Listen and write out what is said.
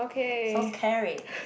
so scary